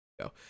go